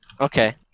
Okay